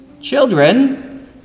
children